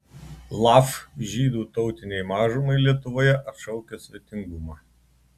laf žydų tautinei mažumai lietuvoje atšaukia svetingumą